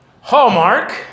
Hallmark